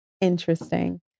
interesting